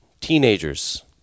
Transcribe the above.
teenagers